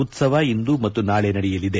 ಉತ್ಸವ ಇಂದು ಮತ್ತು ನಾಳಿ ನಡೆಯಲಿದೆ